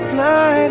Fly